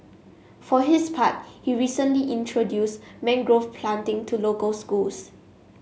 for his part he recently introduced mangrove planting to local schools